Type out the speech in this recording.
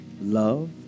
love